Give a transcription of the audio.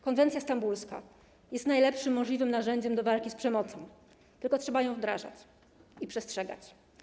Konwencja stambulska jest najlepszym możliwym narzędziem do walki z przemocą, tylko trzeba ją wdrażać i jej przestrzegać.